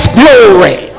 glory